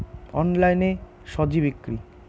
অনলাইনে স্বজি বিক্রি?